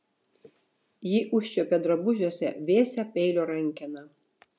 ji užčiuopė drabužiuose vėsią peilio rankeną